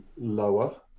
lower